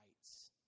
rights